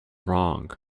wrong